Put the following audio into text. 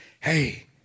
Hey